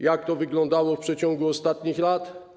Jak to wyglądało w przeciągu ostatnich lat?